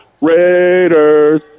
Raiders